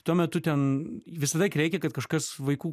tuo metu ten visąlaik reikia kad kažkas vaikų